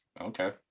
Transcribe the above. Okay